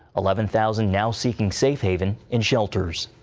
eleven thousand now seeking safe haven in shelters.